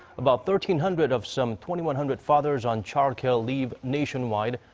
about thirteen hundred of some twenty one hundred fathers on childcare leave nationwide.